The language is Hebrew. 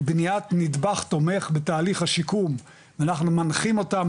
בניית נדבך תומך בתהליך השיקום ואנחנו מנחים אותם,